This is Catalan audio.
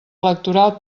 electoral